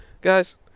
guys